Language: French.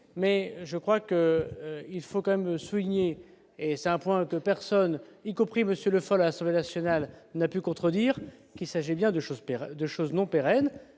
amendement. Il faut tout de même souligner, et c'est un point que personne, y compris M. Le Foll, à l'Assemblée nationale, n'a pu contredire, qu'il s'agissait bien d'une mesure non pérenne.